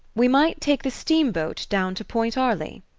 we might take the steamboat down to point arley.